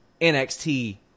NXT